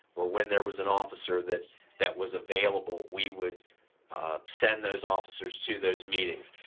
or when there was an officer that that was available, we would send those officers to those meetings.